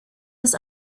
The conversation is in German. das